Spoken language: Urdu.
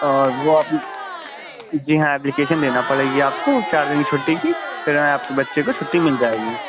اور وہ جی ہاں اپلیکیش دینا پڑے گی آپ کو چار دن کی چھٹی کی پھر میں آپ کے بچے کو چھٹی مل جائے گی